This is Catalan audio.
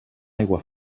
aigua